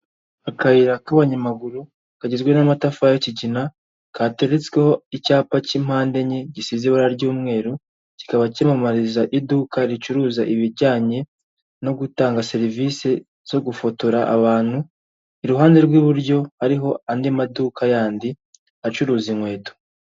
Akayira k'abanyamaguru kagizwe n'amatafari y'kigina kateretsweho icyapa cy'impande enye gisize ibara ry'umweru, kikaba kibamamariza iduka ricuruza ibijyanye no gutanga serivisi zo gufotora abantu; iruhande rw'iburyo hariho andi maduka yandi acuruza inkweto.